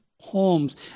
homes